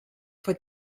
fue